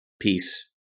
Peace